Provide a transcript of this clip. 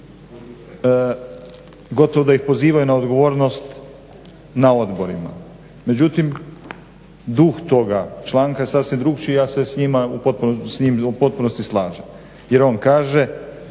gotovo da ih pozivaju na odgovornost na odborima. Međutim duh toga članka je sasvim drukčiji i ja se s njim u potpunosti slažem jer on kaže